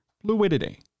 Fluidity